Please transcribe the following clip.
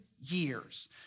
years